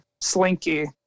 slinky